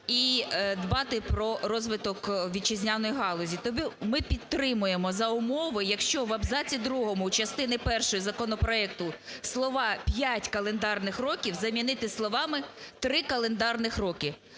і дбати про розвиток вітчизняної галузі. Ми підтримуємо за умови, якщо в абзаці 2 частини першої законопроекту слова "5 календарних років" замінити словами "3 календарних роки".